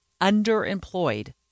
underemployed